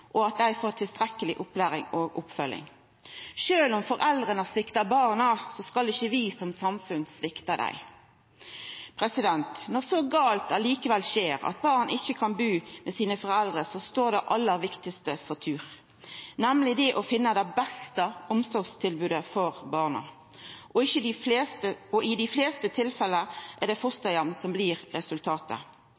at alle dei fantastiske menneska som ønskjer å hjelpa ved å vera fosterheim, får tilstrekkeleg opplæring og oppfølging. Sjølv om foreldra sviktar barna, skal ikkje vi som samfunn svikta dei. Når så galt likevel skjer, at barn ikkje kan bu med sine foreldre, står det aller viktigaste for tur, nemlig det å finna det beste omsorgstilbodet for barna, og i dei fleste tilfella er det